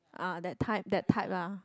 ah that type that type lah